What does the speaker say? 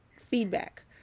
feedback